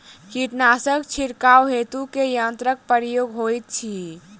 कीटनासक छिड़काव हेतु केँ यंत्रक प्रयोग होइत अछि?